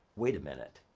wait a minute.